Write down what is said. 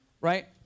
right